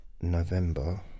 November